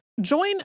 Join